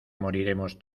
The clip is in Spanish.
moriremos